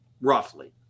roughly